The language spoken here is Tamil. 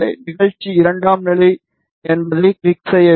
நிகழ்ச்சி இரண்டாம் நிலை என்பதைக் கிளிக் செய்ய வேண்டும்